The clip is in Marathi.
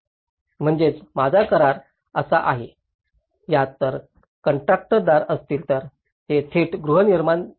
म्हणजेच माझा करार असा आहे यात जर कंत्राटदार असतील तर ते थेट गृहनिर्माण देतील